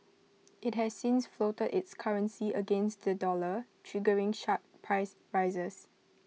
IT has since floated its currency against the dollar triggering sharp price rises